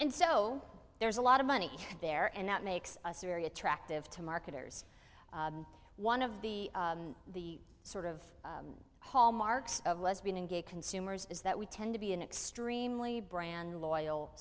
and so there's a lot of money there and that makes us very attractive to marketers one of the the sort of hallmarks of lesbian and gay consumers is that we tend to be an extremely brand loyal